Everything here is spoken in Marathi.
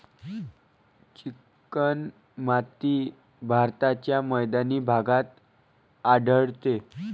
चिकणमाती भारताच्या मैदानी भागात आढळते